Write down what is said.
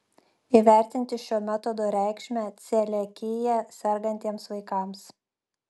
įvertinti šio metodo reikšmę celiakija sergantiems vaikams